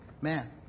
man